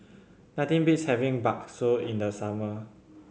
nothing beats having bakso in the summer